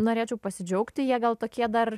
norėčiau pasidžiaugti jie gal tokie dar